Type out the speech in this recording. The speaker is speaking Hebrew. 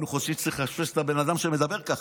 היינו חושבים שצריך לאשפז את הבן אדם שמדבר כך.